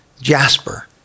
Jasper